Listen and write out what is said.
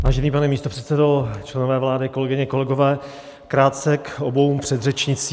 Vážený pane místopředsedo, členové vlády, kolegyně, kolegové, krátce k oběma předřečnicím.